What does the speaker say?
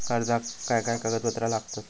कर्जाक काय काय कागदपत्रा लागतत?